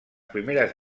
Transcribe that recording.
primeres